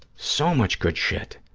so much good shit.